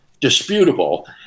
disputable